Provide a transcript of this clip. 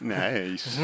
nice